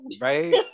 right